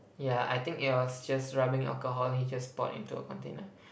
yeah I think it was just rubbing alcohol he just poured into a container